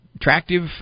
attractive